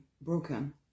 broken